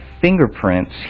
fingerprints